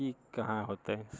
की कहाँ होयतै